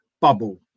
bubble